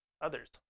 others